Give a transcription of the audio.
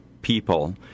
people